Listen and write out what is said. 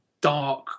dark